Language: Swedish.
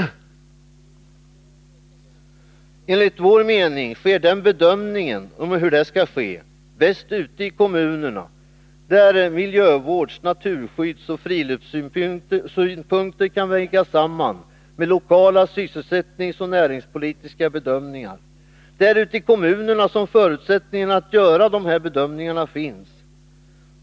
Enligt vår mening sker bedömningen om hur detta skall ske bäst ute i kommunerna. Där kan miljövårds-, naturskyddsoch friluftssynpunkter vägas samman med lokala sysselsättningsoch näringspolitiska bedömningar. Det är ute i kommunerna som förutsättningarna att göra dessa bedömningar finns.